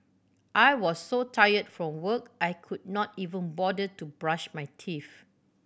I was so tired from work I could not even bother to brush my teeth